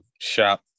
shop